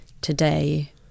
today